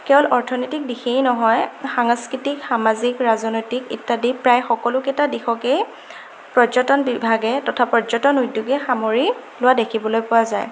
কেৱল অৰ্থনৈতিক দিশেই নহয় সাংস্কৃতিক সামাজিক ৰাজনৈতিক ইত্যাদি প্ৰায় সকলোকেইটা দিশকেই পৰ্যটন বিভাগে তথা পৰ্যটন উদ্যোগে সামৰি লোৱা দেখিবলৈ পোৱা যায়